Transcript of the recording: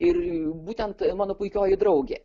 ir būtent mano puikioji draugė